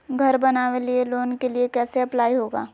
घर बनावे लिय लोन के लिए कैसे अप्लाई होगा?